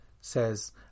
says